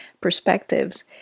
perspectives